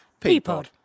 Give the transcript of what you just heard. Peapod